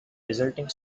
resulting